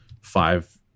five